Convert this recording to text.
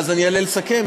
אז אני אעלה לסכם?